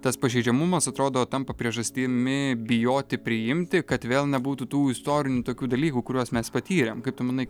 tas pažeidžiamumas atrodo tampa priežastimi bijoti priimti kad vėl nebūtų tų istorinių tokių dalykų kuriuos mes patyrėm kaip tu manai